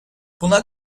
buna